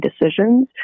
decisions